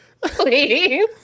please